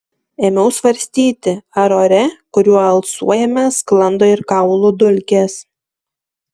ėmiau svarstyti ar ore kuriuo alsuojame sklando ir kaulų dulkės